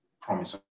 promise